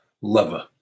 lover